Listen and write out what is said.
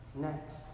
next